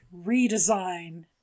redesign